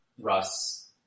Russ